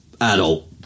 adult